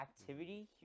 activity